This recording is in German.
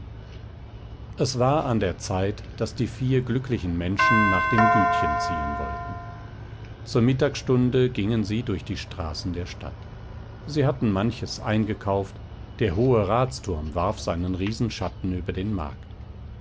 es war an der zeit daß die vier glücklichen menschen nach dem gütchen ziehen wollten zur mittagsstunde gingen sie durch die straßen der stadt sie hatten manches eingekauft der hohe ratsturm warf seinen riesenschatten über den markt